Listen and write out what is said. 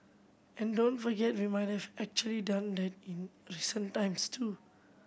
and don't forget we might have actually done that in recent times too